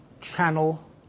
channel